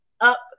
up